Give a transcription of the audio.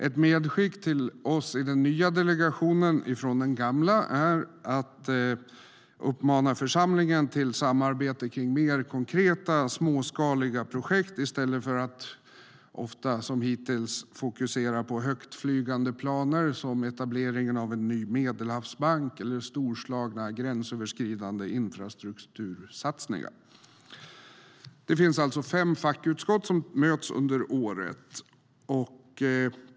Ett medskick till oss i den nya delegationen från den gamla är att uppmana församlingen till samarbete i mer konkreta småskaliga projekt i stället för att som ofta hittills fokusera på högtflygande planer såsom etablering av en ny Medelhavsbank eller storslagna gränsöverskridande infrastruktursatsningar. Det finns som sagt fem fackutskott som möts under året.